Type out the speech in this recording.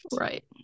Right